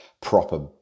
proper